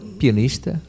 pianista